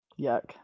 Yuck